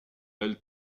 elle